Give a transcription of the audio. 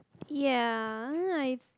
ya I